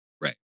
Right